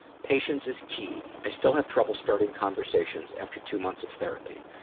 patience is key. i still have trouble starting conversations after two months of therapy.